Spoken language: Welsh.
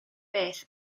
beth